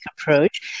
approach